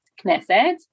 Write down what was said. Knesset